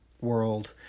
world